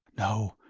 no,